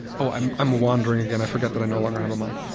oh, um i'm wandering again. i forget that i no longer have a mic.